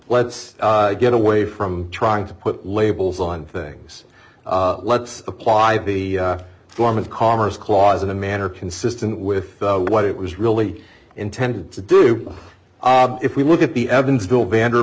let's get away from trying to put labels on things let's apply the form of commerce clause in a manner consistent with what it was really intended to do but if we look at the evansville vand